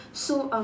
so um